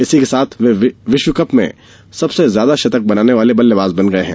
इसी के साथ वे एक विश्व कप में सबसे ज्यादा शतक बनाने वाले बल्लेबाज बन गए हैं